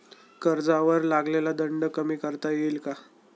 कर्जावर लागलेला दंड कमी करता येईल का?